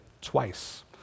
twice